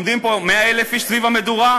עומדים פה 100,000 איש סביב המדורה,